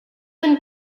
been